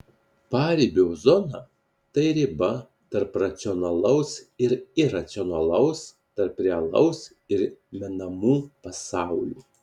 paribio zona tai riba tarp racionalaus ir iracionalaus tarp realaus ir menamų pasaulių